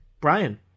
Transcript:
Brian